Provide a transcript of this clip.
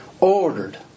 Ordered